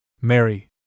Mary